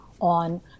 on